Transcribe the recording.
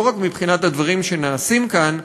לא רק מבחינת הדברים שנעשים כאן,